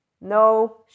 no